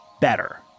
better